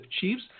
Chiefs